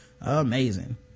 Amazing